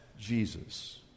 jesus